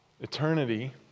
eternity